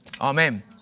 amen